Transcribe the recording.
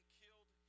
killed